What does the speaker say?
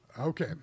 Okay